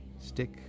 stick